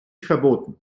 verboten